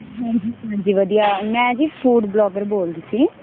ਹੂੰ ਹੂੰ ਹਾਂਜੀ ਵਧੀਆ ਮੈਂ ਜੀ ਫ਼ੂਡ ਵਲੋਗਰ ਬੋਲਦੀ ਸੀ